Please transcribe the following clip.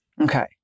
Okay